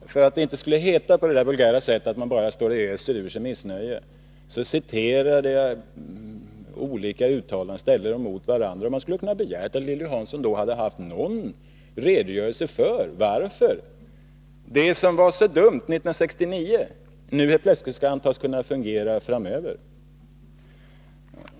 För att det inte skulle heta på det där vulgära sättet att jag bara står och öser ur mig missnöje citerade jag alltså olika uttalanden och ställde dem mot varandra. Man skulle ha kunnat begära att Lilly Hansson då skulle ha lämnat någon redogörelse för varför det som var så dumt 1969 plötsligt skall antas kunna fungera framöver.